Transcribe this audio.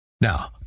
Now